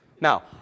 Now